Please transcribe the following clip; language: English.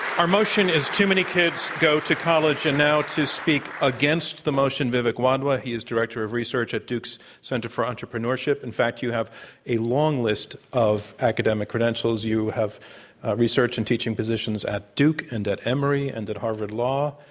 our motion is too many kids go to college. and now to speak against the motion, vivek wadhwa. he is director of research at duke's center for entrepreneurship. in fact, you have a long list of academic credentials. you have research and teaching positions at duke and at emory and at harvard law.